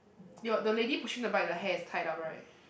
ya the lady pushing the bike the hair is tied up right